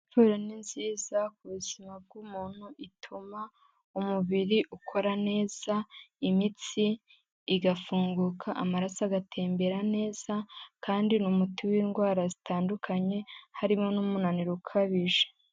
Siporo ni nziza ku buzima bw'umuntu, ituma umubiri ukora neza, imitsi igafunguka, amaraso agatembera neza kandi ni umuti w'indwara zitandukanye, harimo n'umunaniro ukabije.